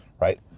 right